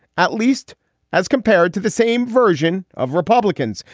at least as compared to the same version of republicans.